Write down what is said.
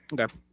Okay